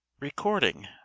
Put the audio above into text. Recording